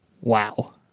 Wow